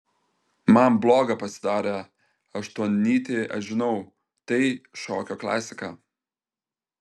man bloga pasidarė aštuonnytį aš žinau tai šokio klasika